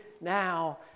now